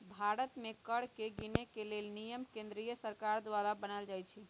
भारत में कर के गिनेके लेल नियम केंद्रीय सरकार द्वारा बनाएल जाइ छइ